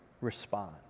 respond